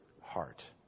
heart